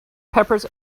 peppers